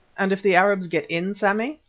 and if the arabs get in, sammy?